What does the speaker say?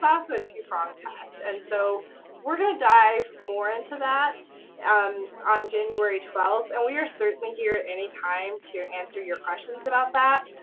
also a two-prong test, and so we're gonna dive more into that um on january twelfth, and we are certainly here any time to answer your questions about that.